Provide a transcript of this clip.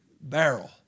barrel